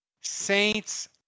Saints